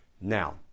Now